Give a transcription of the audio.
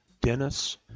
Dennis